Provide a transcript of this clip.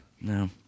No